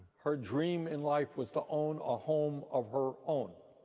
her dream in life was to own a home of her own.